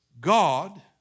God